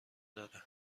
داره